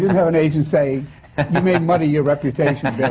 have an agent say, you may muddy your reputation, um yeah